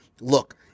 look